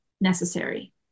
necessary